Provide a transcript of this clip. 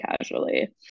casually